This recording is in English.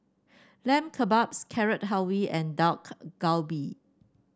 Lamb Kebabs Carrot Halwa and Dak Galbi